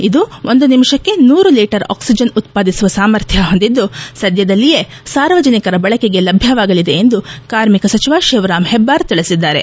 ಇದು ಒಂದು ನಿಮಿಷಕ್ಕೆ ನೂರು ಲೀಟರ್ ಆಕ್ಸಜನ್ ಉತ್ಪಾದಿಸುವ ಸಾಮರ್ಥ್ಯ ಹೊಂದಿದ್ದು ಸದ್ಯದಲ್ಲಿಯೇ ಸಾರ್ವಜನಿಕರ ಬಳಕೆಗೆ ಲಭ್ಯವಾಗಲಿದೆ ಎಂದು ಕಾರ್ಮಿಕ ಸಚಿವ ಶಿವರಾಂ ಹೆಬ್ಬಾರ್ ತಿಳಿಸಿದ್ದಾರೆ